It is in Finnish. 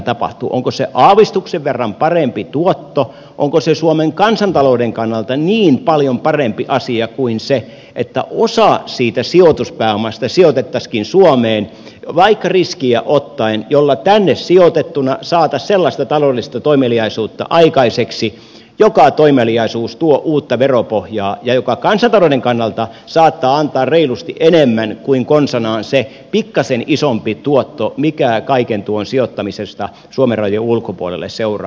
onko se aavistuksen verran parempi tuotto suomen kansantalouden kannalta niin paljon parempi asia kuin se että osa siitä sijoituspääomasta sijoitettaisiinkin suomeen vaikka riskiä ottaen jolla tänne sijoitettuna saataisiin sellaista taloudellista toimeliaisuutta aikaiseksi joka toimeliaisuus tuo uutta veropohjaa ja joka kansantalouden kannalta saattaa antaa reilusti enemmän kuin konsanaan se pikkasen isompi tuotto mikä kaiken tuon sijoittamisesta suomen rajojen ulkopuolelle seuraa